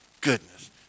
goodness